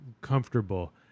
comfortable